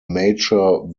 mature